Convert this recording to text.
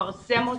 לפרסם אותו,